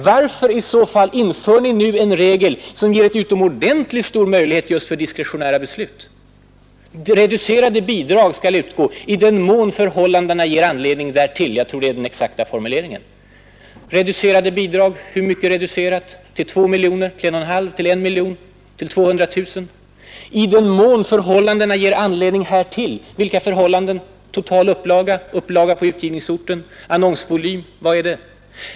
Varför inför ni då en regel som ger en utomordentligt stor möjlighet just för diskretionära beslut? ”Reducerade bidrag skall utgå i den mån förhållandena ger anledning därtill” — jag tror att det är den exakta formuleringen. ”Reducerade bidrag”? Hur mycket reducerade? Till 2 miljoner, 1,5 miljoner, 1 miljon, 200 000? ”I den mån förhållandena ger anledning härtill”? Vilka förhållanden avses: total upplaga, upplaga på utgivningsorten, annonsvolym?